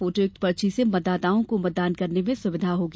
फोटोयुक्त पर्ची से मतदाताओं को मतदान करने में सुविधा होगी